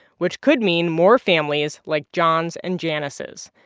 which could mean more families like john's and janice's.